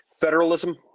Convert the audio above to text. Federalism